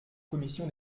commission